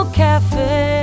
cafe